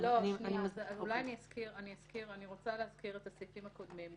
אני רוצה להזכיר את הסעיפים הקודמים.